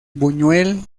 buñuel